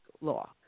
Law